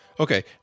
Okay